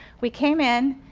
we came in,